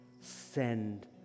Send